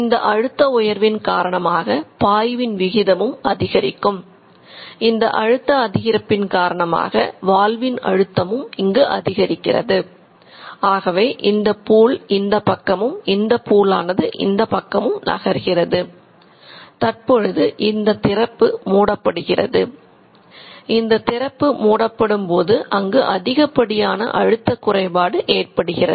இந்த அழுத்த உயர்வின் ஏற்படுகிறது